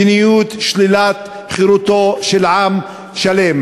מדיניות שלילת חירותו של עם שלם.